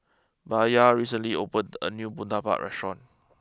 Bayard recently opened a new Murtabak restaurant